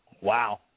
Wow